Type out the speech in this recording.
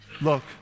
Look